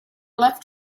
left